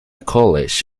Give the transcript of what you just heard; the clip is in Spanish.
college